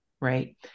Right